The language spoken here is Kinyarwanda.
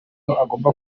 agomba